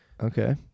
Okay